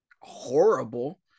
horrible